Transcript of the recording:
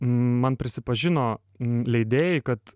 man prisipažino leidėjai kad